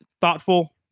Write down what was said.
thoughtful